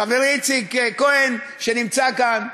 חברי איציק כהן שנמצא כאן,